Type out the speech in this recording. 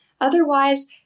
Otherwise